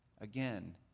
Again